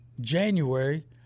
January